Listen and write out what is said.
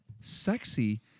sexy